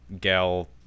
gal